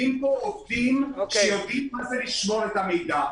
עובדים בו עובדים שיודעים מה זה לשמור את המידע.